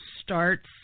starts